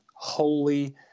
Holy